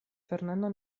fernando